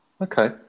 Okay